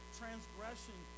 transgression